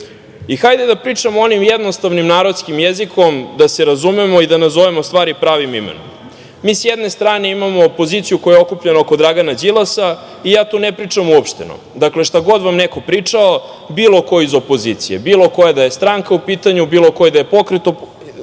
njima. Hajde da pričamo onim jednostavnim narodskim jezikom, da se razumemo i da nazovemo stvari pravim imenom. Mi s jedne strane imamo opoziciju koja je okupljena oko Dragana Đilasa i ja tu ne pričam uopšteno. Dakle, šta god vam neko pričao, bilo ko iz opozicije, bilo koja da je stranka u pitanju, bilo koji da je pokret,